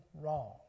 wrong